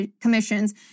commissions